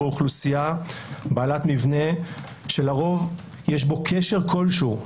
אוכלוסייה בעלת מבנה שלרוב יש בו קשר כלשהו,